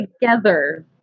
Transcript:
together